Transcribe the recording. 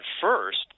first